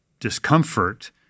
discomfort